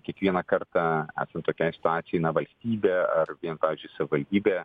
kiekvieną kartą esant tokiai situacijai valstybė ar vien pavyzdžiui savivaldybė